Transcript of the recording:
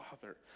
father